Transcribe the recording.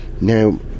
now